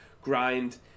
grind